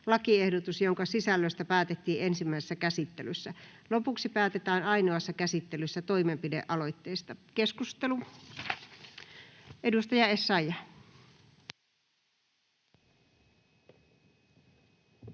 lakiehdotus, jonka sisällöstä päätettiin ensimmäisessä käsittelyssä. Lopuksi päätetään ainoassa käsittelyssä toimenpidealoitteista. — Keskustelu, edustaja Essayah.